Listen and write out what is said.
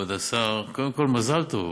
כבוד השר, קודם כול מזל טוב.